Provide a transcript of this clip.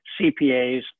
CPAs